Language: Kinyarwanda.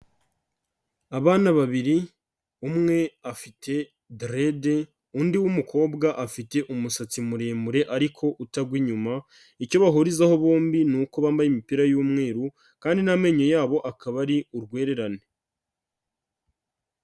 Abana babiri, umwe afite derede, undi w'umukobwa afite umusatsi muremure ariko utagwa inyuma, icyo bahurizaho bombi ni uko bambaye imipira y'umweru, kandi n'amenyo yabo akaba ari urwererane.